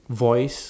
voice